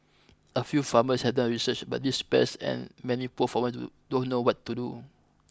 a few farmers have done research about these pests and many poor farmers do don't know what to do